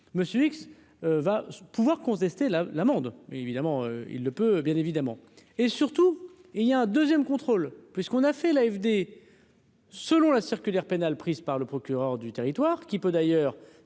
monsieur X va pouvoir contester la l'amende, évidemment, il ne peut bien évidemment et surtout il y a un 2ème contrôle puisqu'on a fait l'AFD. Selon la circulaire pénale prise par le procureur du territoire qui peut d'ailleurs